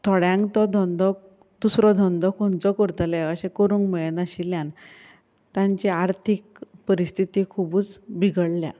थोड्यांक तो धंदो दुसरो धंदो खंयचो करतले अशें करूंक मेळनाशिल्ल्यान तांची आर्थीक परिस्थिती खुबूच बिगडल्या